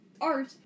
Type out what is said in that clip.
art